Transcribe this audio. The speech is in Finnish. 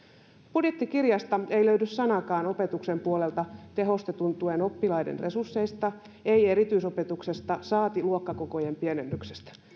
budjettikirjasta ei löydy opetuksen puolelta sanaakaan tehostetun tuen oppilaiden resursseista erityisopetuksesta saati luokkakokojen pienennyksestä